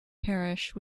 parish